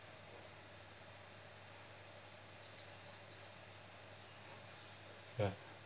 ya